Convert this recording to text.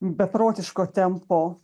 beprotiško tempo